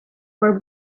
for